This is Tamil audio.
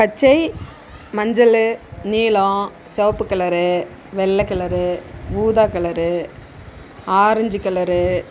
பச்சை மஞ்சள் நீலம் சிவப்பு கலரு வெள்ளை கலரு ஊதா கலரு ஆரஞ்சு கலரு